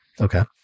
Okay